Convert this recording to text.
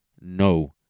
No